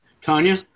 Tanya